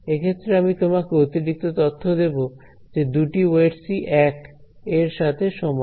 এক্ষেত্রে আমি তোমাকে অতিরিক্ত তথ্য দেব যে দুটি ওয়েটস ই 1 এর সাথে সমান